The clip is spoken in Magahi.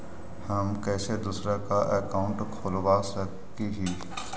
हम कैसे दूसरा का अकाउंट खोलबा सकी ही?